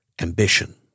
ambition